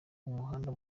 umuhanda